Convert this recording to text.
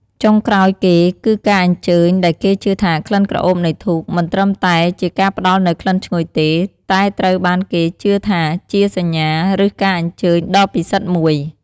ចុងក្រោយគេ គឺការអញ្ជើញដែលគេជឿថាក្លិនក្រអូបនៃធូប មិនត្រឹមតែជាការផ្តល់នូវក្លិនឈ្ងុយទេ តែត្រូវបានគេជឿថាជា សញ្ញា ឬ ការអញ្ជើញ ដ៏ពិសិដ្ឋមួយ។